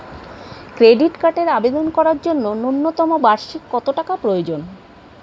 Credit কার্ডের আবেদন করার জন্য ন্যূনতম বার্ষিক কত টাকা প্রয়োজন?